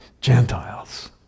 Gentiles